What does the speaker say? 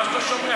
מה שאתה שומע.